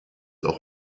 auch